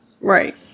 right